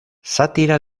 sátira